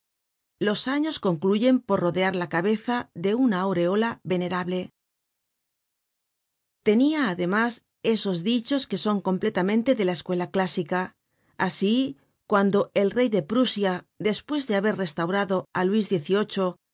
los años concluyen por rodear la cabeza de una aureola venerable tenia además esos dichos que son completamente de la escuela clásica asi cuando el rey de prusia despues de haber restaurado á luis